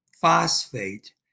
phosphate